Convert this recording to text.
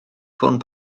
ffôn